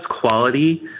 quality